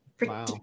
Wow